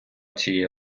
цієї